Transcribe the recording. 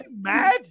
mad